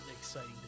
exciting